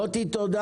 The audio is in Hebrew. מוטי, תודה.